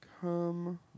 Come